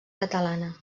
catalana